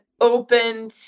open